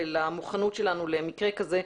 למוכנות שלנו למקרה כזה,